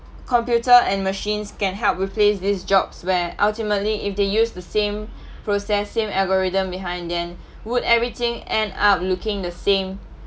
computer and machines can help replace these jobs where ultimately if they use the same process same algorithm behind then would everything end up looking the same